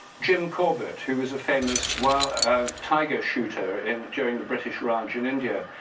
jim corbett who was a famous wild tiger shooter in during the british raj in india,